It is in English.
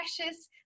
Precious